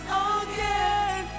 again